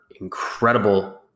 incredible